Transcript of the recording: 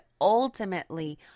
ultimately